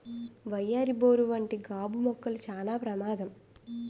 వయ్యారి బోరు వంటి గాబు మొక్కలు చానా ప్రమాదం